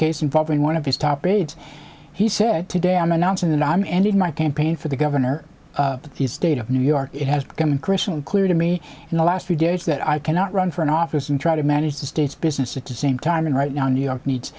involving one of his top aides he said today i'm announcing that i'm ending my campaign for the governor of the state of new york it has become crystal clear to me in the last few days that i cannot run for an office and try to manage the state's business at the same time and right now new york needs